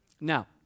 Now